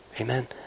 Amen